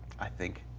i think.